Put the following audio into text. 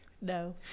No